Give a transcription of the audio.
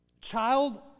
child